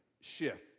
shift